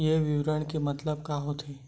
ये विवरण के मतलब का होथे?